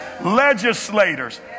legislators